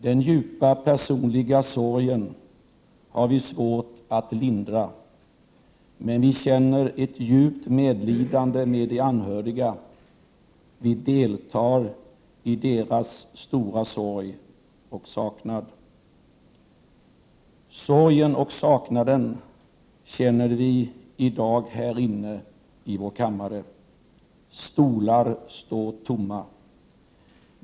Den djupa personliga sorgen har vi svårt att lindra. Men vi känner ett djupt medlidande med de anhöriga. Vi deltar i deras stora sorg och saknad. Sorgen och saknaden känner vi i dag här inne — i vår kammare. Stolar står tomma.